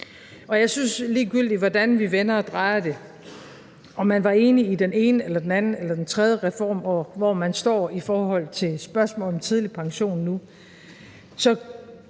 Og ligegyldigt hvordan vi vender og drejer det, om man var enig i den ene eller den anden eller den tredje reform, og hvor man står i forhold til spørgsmålet om tidlig pension nu,